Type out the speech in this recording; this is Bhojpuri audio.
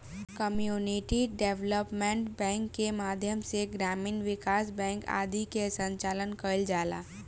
कम्युनिटी डेवलपमेंट बैंक के माध्यम से ग्रामीण विकास बैंक आदि के संचालन कईल जाला